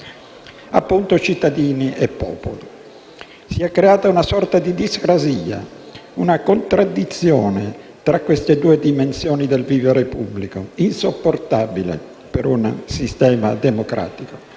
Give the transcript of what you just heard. Appunto, cittadini e popoli. Si è creata una sorta di discrasia, una contraddizione tra queste due dimensioni del vivere pubblico, insopportabile per un sistema democratico.